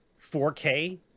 4K